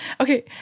Okay